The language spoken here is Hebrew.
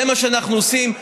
זה מה שאנחנו עושים,